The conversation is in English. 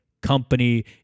company